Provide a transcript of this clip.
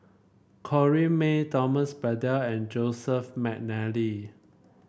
Corrinne May Thomas Braddell and Joseph McNally